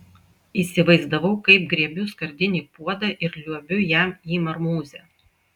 įsivaizdavau kaip griebiu skardinį puodą ir liuobiu jam į marmūzę